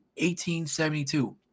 1872